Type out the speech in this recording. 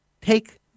take